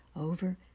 over